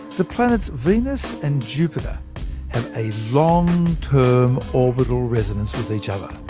the planets venus and jupiter have a long-term orbital resonance with each other.